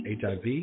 HIV